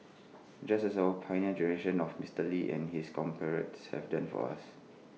just as our Pioneer Generation of Mister lee and his compatriots have done for us